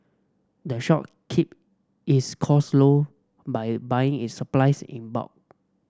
the shop keep its costs low by buying its supplies in bulk